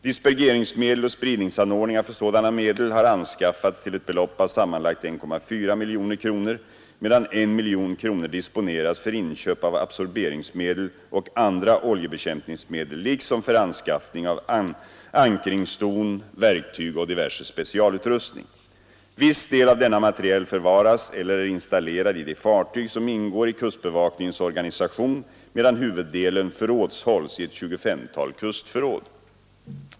Dispergeringsmedel och spridningsanordningar för sådana medel har anskaffats till ett belopp av sammanlagt 1,4 miljoner kronor, medan 1 miljon kronor disponerats för inköp av absorberingsmedel och andra oljebekämpningsmedel liksom för anskaffning av ankringsdon, verktyg och diverse specialutrustning. Viss del av denna materiel förvaras eller är installerad i de fartyg som ingår i kustbevakningens organisation, medan huvuddelen förrådshålls i ett 25-tal kustförråd.